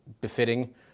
befitting